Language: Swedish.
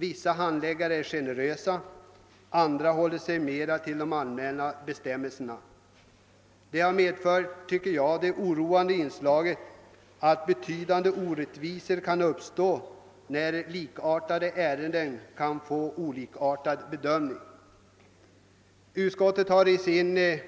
Vissa handläggare är generösa, andra håller sig mera till de allmänna bestämmelserna. Detta medför att betydande orättvisor kan uppstå i det att likartade fall bedöms olika. Utskottet har i sitt